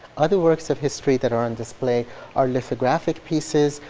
other works of history that are on display are lithographic pieces.